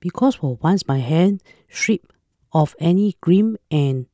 because for once my hands stripped of any grime and